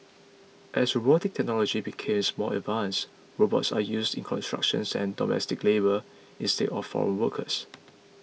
as robotic technology becomes more advanced robots are used in construction and domestic labour instead of foreign workers